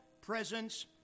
presence